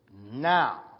now